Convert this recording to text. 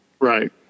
Right